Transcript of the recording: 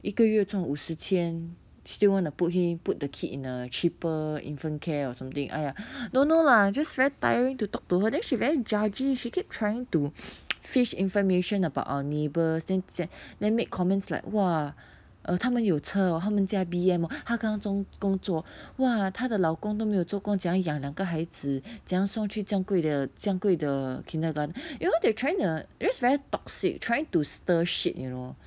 一个月赚五十千 still want to put him put the kid in a cheaper infant care or something !aiya! don't know lah just very tiring to talk to her then she very judgy she keep trying to fish information about our neighbors then then make comments like !wah! ah 他们有车 or 他们家 B_M hor 他刚从工作 !wah! 她的老公都没有做工怎样养两个孩子怎样送去这样贵的这样贵的 kindergarten you know they're trying a it's just very toxic trying to stir shit you know